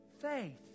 faith